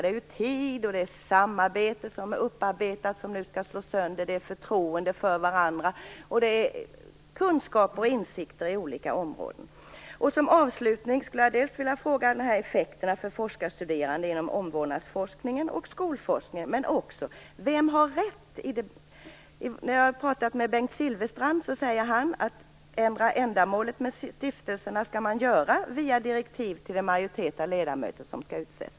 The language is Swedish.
Det är även tid, det är samarbete som är upparbetat men som nu skall slås sönder, det är förtroende för varandra och det är kunskaper och insikter i olika områden. Som avslutning skulle jag alltså vilja fråga om effekterna för forskarstuderande inom omvårdnadsforskningen och skolforskningen, men jag har också en fråga till. Bengt Silfverstrand har sagt mig att man skall ändra ändamålet med stiftelserna via direktiv till en majoritet av de ledamöter som skall utses.